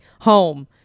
home